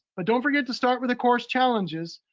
but don't forget to start with the course challenges,